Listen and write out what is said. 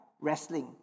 wrestling